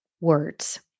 Words